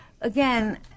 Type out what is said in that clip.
again